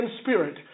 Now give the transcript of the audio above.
spirit